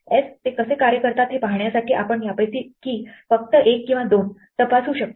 S ते कसे कार्य करतात हे पाहण्यासाठी आपण यापैकी फक्त एक किंवा दोन तपासू शकतो